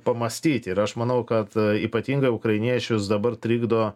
pamąstyti ir aš manau kad ypatingai ukrainiečius dabar trikdo